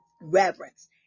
reverence